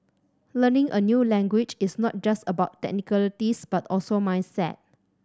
learning a new language is not just about technicalities but also mindset